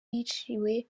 yiciwe